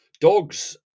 dogs